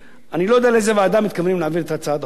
אני לא יודע לאיזה ועדה מתכוונים להעביר את הצעת החוק הזו,